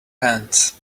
hands